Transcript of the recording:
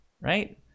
Right